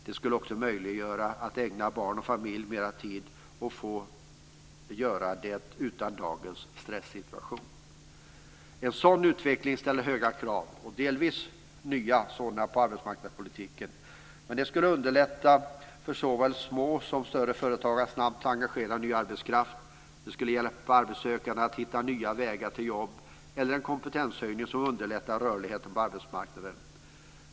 Det skulle också möjliggöra för dem att ägna barn och familj mera tid och få göra det utan dagens stressituation. En sådan utveckling ställer höga och delvis nya krav på arbetsmarknadspolitiken. Men det skulle underlätta för såväl små som större företag att snabbt engagera ny arbetskraft. Det skulle hjälpa arbetssökarna att hitta nya vägar till jobb eller till kompetenshöjning som underlättar rörligheten på arbetsmarknaden.